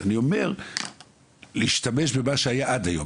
אז אני אומר להשתמש במה שהיה עד היום.